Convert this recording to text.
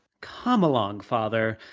come along, father!